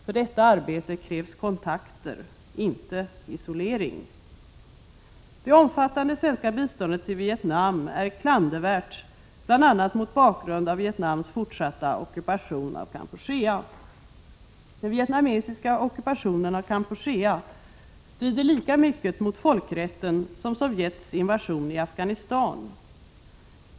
För detta arbete krävs kontakter, inte isolering. Det omfattande svenska biståndet till Vietnam är klandervärt bl.a. mot bakgrund av Vietnams fortsatta ockupation av Kampuchea. Den vietnamesiska ockupationen av Kampuchea strider lika mycket mot folkrätten som Sovjets invasion i Afghanistan.